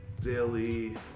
Daily